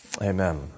Amen